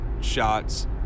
shots